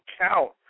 count